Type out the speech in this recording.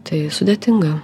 tai sudėtinga